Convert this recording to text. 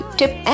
tip